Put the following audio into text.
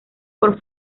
por